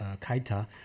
Kaita